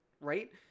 right